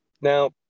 Now